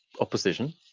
opposition